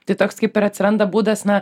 tai toks kaip ir atsiranda būdas na